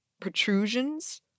protrusions